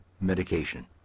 medication